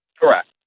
Correct